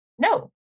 no